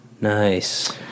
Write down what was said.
Nice